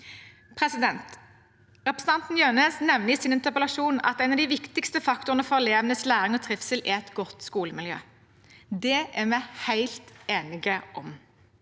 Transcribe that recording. Representanten Jønnes nevner i sin interpellasjon at en av de viktigste faktorene for elevenes læring og trivsel er et godt skolemiljø. Det er vi helt enige om.